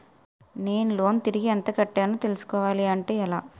నేను లోన్ తిరిగి ఎంత కట్టానో తెలుసుకోవాలి అంటే ఎలా?